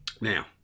Now